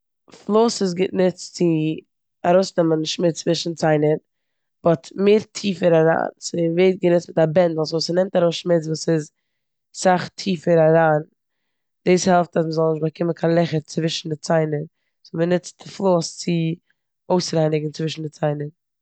פלאס איז גענוצט צו ארויסנעמן שמוץ צווישן ציינער באט מער טיפער אריין. ס'ווערט גענוצט מיט א בענדל סאו ס'נעמט ארויס שמוץ וואס איז סאך טיפער אריין. דאס העלפט אז מ'זאל נישט באקומען קיין לעכער צווישן די ציינער סאו מ'נוצט די פלאס צו אויסרייניגן צווישן די ציינער.